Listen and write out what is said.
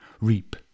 reap